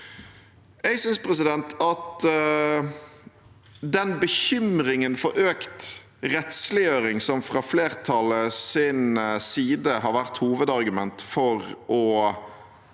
Jeg synes at den bekymringen for økt rettsliggjøring som fra flertallets side har vært et hovedargument for å